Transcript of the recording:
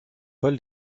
paul